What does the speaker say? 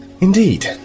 Indeed